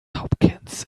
hopkins